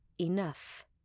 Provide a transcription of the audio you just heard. enough